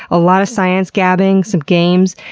a lot of science gabbing, some games.